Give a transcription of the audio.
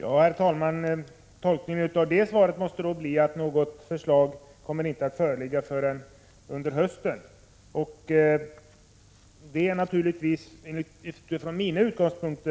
Herr talman! Tolkningen av det svaret måste bli att något förslag inte kommer att föreligga förrän under hösten. Det är naturligtvis utifrån min utgångspunkt